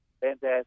Fantastic